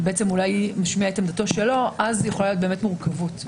ואולי משמיע עמדתו שלו אז יכולה להיות מורכבות.